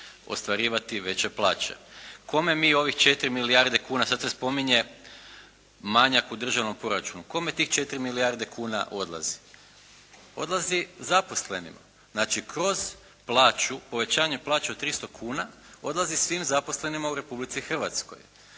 ostvarivati veće plaće. Kome mi ovih 4 milijarde kuna. Sad se spominje manjak u državnom proračunu. Kome tih 4 milijarde kuna odlazi? Odlazi zaposlenima. Znači, kroz plaću, povećanje plaće od 300 kuna odlazi svim zaposlenima u Republici Hrvatskoj.